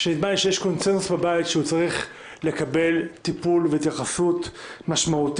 נדמה לי שיש קונצנזוס בבית שהוא צריך לקבל טיפול והתייחסות משמעותית.